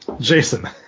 Jason